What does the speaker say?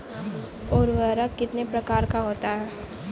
उर्वरक कितने प्रकार का होता है?